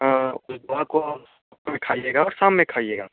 हाँ उस दवा को आप दिन में नहीं खाइएगा शाम में खाइएगा